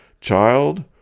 Child